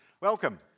Welcome